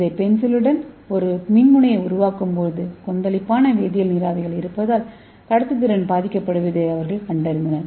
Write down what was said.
இந்த பென்சிலுடன் ஒரு மின்முனையை உருவாக்கும்போது கொந்தளிப்பான வேதியியல் நீராவிகள் இருப்பதால் கடத்துத்திறன் பாதிக்கப்படுவதை அவர்கள் கண்டறிந்தனர்